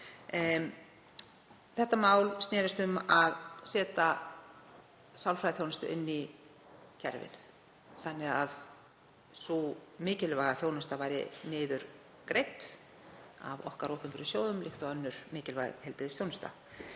Það mál snerist um að setja sálfræðiþjónustu inn í kerfið þannig að sú mikilvæga þjónusta yrði niðurgreidd af okkar opinberu sjóðum líkt og önnur mikilvæg heilbrigðisþjónusta.